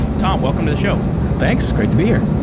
tom, welcome to the show thanks. great to be here.